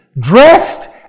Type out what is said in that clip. dressed